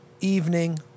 evening